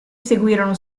seguirono